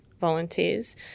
volunteers